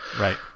right